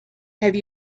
have